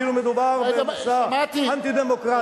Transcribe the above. כאילו מדובר במסע אנטי-דמוקרטי,